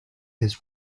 his